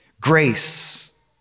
grace